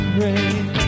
rain